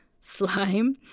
slime